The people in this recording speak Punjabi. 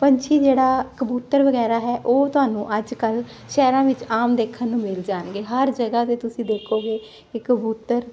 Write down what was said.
ਪੰਛੀ ਜਿਹੜਾ ਕਬੂਤਰ ਵਗੈਰਾ ਹੈ ਉਹ ਤੁਹਾਨੂੰ ਅੱਜ ਕੱਲ ਸ਼ਹਿਰਾਂ ਵਿੱਚ ਆਮ ਦੇਖਣ ਨੂੰ ਮਿਲ ਜਾਣਗੇ ਹਰ ਜਗਹਾ ਤੇ ਤੁਸੀਂ ਦੇਖੋਗੇ ਕਬੂਤਰ